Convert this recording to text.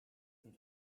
some